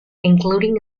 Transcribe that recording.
including